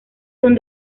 son